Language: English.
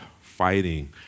fighting